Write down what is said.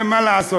מה לעשות,